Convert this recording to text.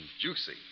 juicy